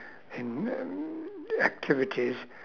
in~ activities